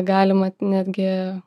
galima netgi